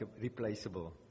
replaceable